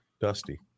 Dusty